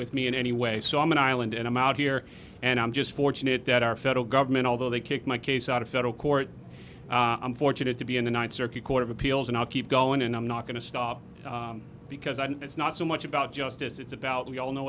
with me in any way so i'm an island and i'm out here and i'm just fortunate that our federal government although they kicked my case out of federal court i'm fortunate to be in the ninth circuit court of appeals and i'll keep going and i'm not going to stop because i know it's not so much about justice it's about we all know